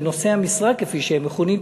לנושאי המשרה כפי שהם מכונים,